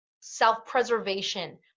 self-preservation